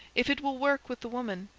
if it will work with the woman,